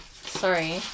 Sorry